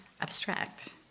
abstract